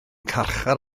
carchar